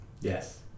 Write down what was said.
Yes